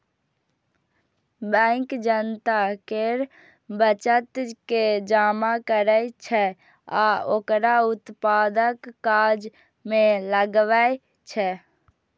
bank जनता केर बचत के जमा करै छै आ ओकरा उत्पादक काज मे लगबै छै